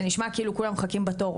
זה נשמע כאילו כולם מחכים בתור,